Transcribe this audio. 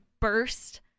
burst